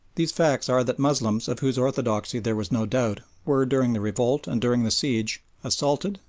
these facts are that moslems of whose orthodoxy there was no doubt were during the revolt and during the siege assaulted,